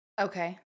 Okay